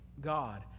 God